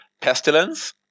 pestilence